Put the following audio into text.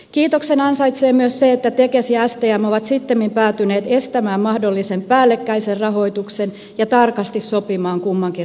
kiitoksen ansaitsee myös se että tekes ja stm ovat sittemmin päätyneet estämään mahdollisen päällekkäisen rahoituksen ja tarkasti sopimaan kummankin rahoittajan roolit